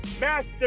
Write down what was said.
Master